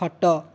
ଖଟ